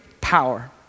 power